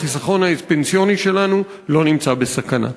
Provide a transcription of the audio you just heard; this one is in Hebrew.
החיסכון הפנסיוני שלנו לא נמצא בסכנה.